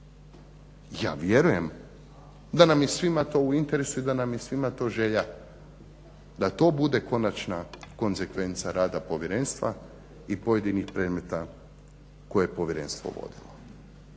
Ja vjerujem da nam je svima to u interesu i da nam je svima to želja da to bude konačna konzekvenca rada povjerenstva i pojedinih predmeta koje povjerenstvo vodi.